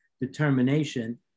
determination